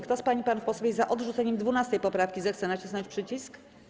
Kto z pań i panów posłów jest za odrzuceniem 12. poprawki, zechce nacisnąć przycisk.